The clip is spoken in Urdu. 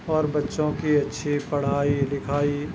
اور بچوں کی اچھی پڑھائی لکھائی